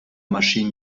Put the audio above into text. maschinen